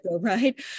right